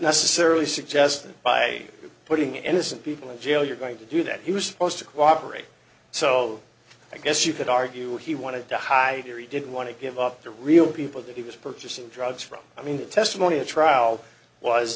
necessarily suggest that by putting innocent people in jail you're going to do that he was supposed to cooperate so i guess you could argue he wanted to hide or he didn't want to give up the real people that he was purchasing drugs from i mean the testimony at trial was